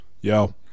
Yo